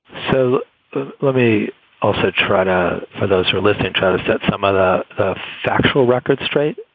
so let me also try to. for those who are listening, try to set some other factual record straight,